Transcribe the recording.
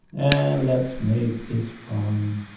and let's make this one